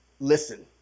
listen